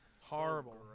Horrible